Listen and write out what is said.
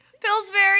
Pillsbury